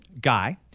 guy